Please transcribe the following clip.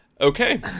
Okay